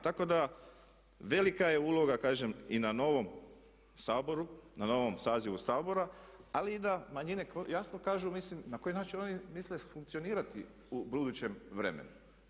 Tako da velika je uloga kažem i na novom Saboru, na novom sazivu Sabora, ali i da manjine jasno kažu mislim na koji način oni misle funkcionirati u budućem vremenu.